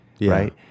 right